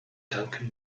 duncan